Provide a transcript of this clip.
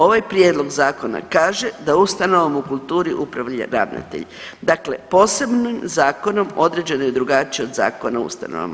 Ovaj prijedlog zakona kaže da ustanovama u kulturi upravlja ravnatelj, dakle posebnim zakonom određeno je drugačije od Zakona o ustanovama.